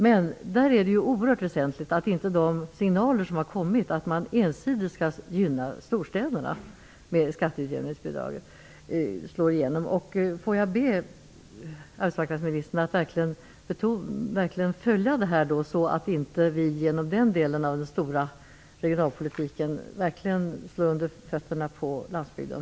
Men där är det oerhört väsentligt att inte de signaler som har kommit om att man ensidigt skall gynna storstäderna med skatteutjämningsbidraget slår igenom. Får jag be arbetsmarknadsministern att verkligen följa detta så att vi inte genom den delen av den stora regionalpolitiken slår undan fötterna på landsbygden.